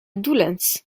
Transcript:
doullens